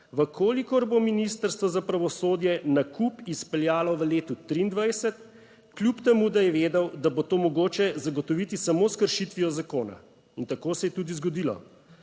v kolikor bo Ministrstvo za pravosodje nakup izpeljalo v letu 2023, kljub temu, da je vedel, da bo to mogoče zagotoviti samo s kršitvijo zakona in tako se je tudi zgodilo.